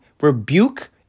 rebuke